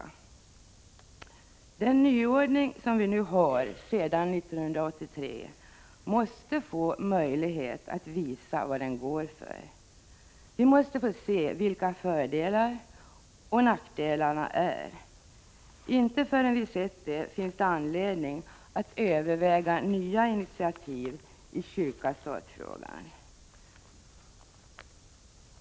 20 november 1985 Den nyordning som vi nu har sedan 1983 måste få möjlighet at visavad ———- den går för. Vi måste få se vilka fördelarna och nackdelarna är. Inte förrän vi sett det finns det anledning att överväga nya initiativ i kyrka-stat-frågan.